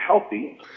healthy